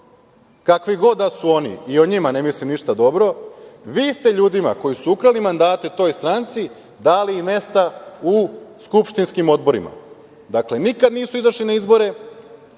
kakvi god da su oni, i o njima ne mislim ništa dobro, vi ste ljudima koji su ukrali mandate toj stranci dali mesta u skupštinskim odborima. Dakle, nikad nisu izašli na izbore,